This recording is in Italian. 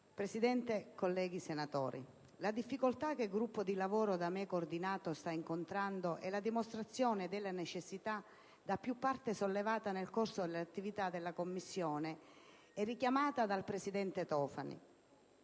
Presidente, colleghi senatori, la difficoltà che il gruppo di lavoro da me coordinato sta incontrando è la dimostrazione della necessità, da più parti sollevata nel corso dell'attività della Commissione e richiamata dal presidente Tofani,